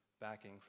backing